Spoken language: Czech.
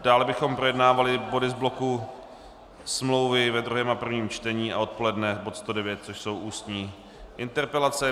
Dále bychom projednávali body z bloku smlouvy ve druhém a v prvním čtení, odpoledne bod 109, což jsou ústní interpelace.